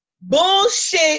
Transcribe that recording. bullshit